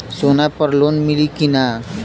सोना पर लोन मिली की ना?